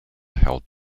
held